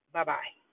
Bye-bye